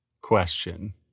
question